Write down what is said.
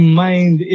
mind